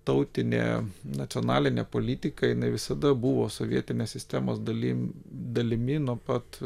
tautinė nacionalinė politika jinai visada buvo sovietinės sistemos dalim dalimi nuo pat